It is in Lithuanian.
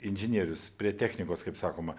inžinierius prie technikos kaip sakoma